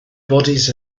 bodies